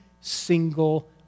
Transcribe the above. single